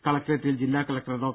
കളക്ടറേറ്റിൽ ജില്ലാ കളക്ടർ ഡോ